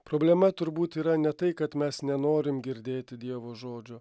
problema turbūt yra ne tai kad mes nenorim girdėti dievo žodžio